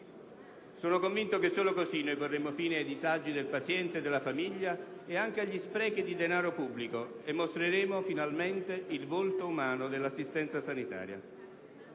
Sono convinto che solo così noi porremo fine ai disagi del paziente e della famiglia e anche agli sprechi di denaro pubblico e mostreremo, finalmente, il volto umano dell'assistenza sanitaria.